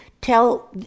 tell